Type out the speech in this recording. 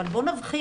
אבל בוא נבחין,